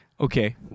okay